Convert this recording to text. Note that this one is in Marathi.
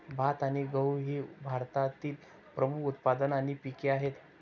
भात आणि गहू ही भारतातील प्रमुख उत्पादने आणि पिके आहेत